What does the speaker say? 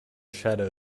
shadow